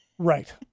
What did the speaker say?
Right